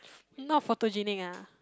not photogenic ah